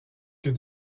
que